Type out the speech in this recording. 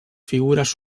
figures